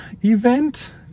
event